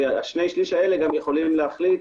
ששני שליש האלה גם יכולים להחליט